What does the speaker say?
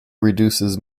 reduces